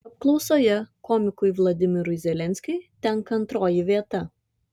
apklausoje komikui vladimirui zelenskiui tenka antroji vieta